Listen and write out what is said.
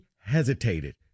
hesitated